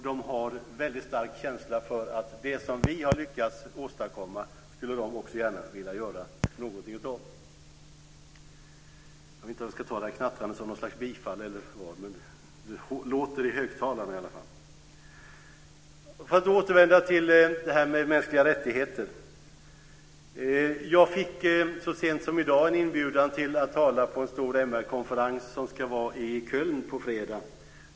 De har en väldigt stark känsla för att de gärna skulle vilja göra något av det som vi har lyckats åstadkomma. Jag vet inte om jag ska ta knattrandet som något slags bifall, men det låter i kammarens högtalare i alla fall. För att återvända till det här med mänskliga rättigheter: Jag fick så sent som i dag en inbjudan att tala på en stor MR-konferens som ska vara i Köln på fredag.